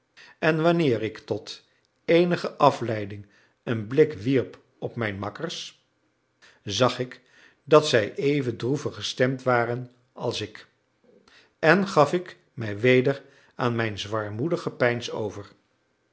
en wanneer ik tot eenige afleiding een blik wierp op mijn makkers zag ik dat zij even droevig gestemd waren als ik en gaf ik mij weder aan mijn zwaarmoedig gepeins over